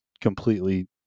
completely